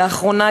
לאחרונה,